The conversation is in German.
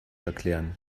erklären